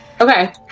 Okay